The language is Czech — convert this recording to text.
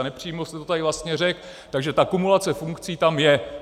Nepřímo jste to tady vlastně řekl, takže ta kumulace funkcí tam je.